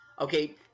Okay